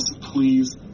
Please